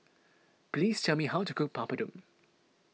please tell me how to cook Papadum